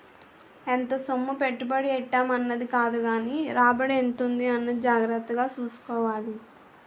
ఎంత సొమ్ము పెట్టుబడి ఎట్టేం అన్నది కాదుగానీ రాబడి ఎంతుంది అన్నది జాగ్రత్తగా సూసుకోవాలి